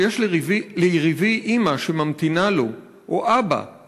שיש ליריבי/ אימא/ שממתינה לו/ או אבא/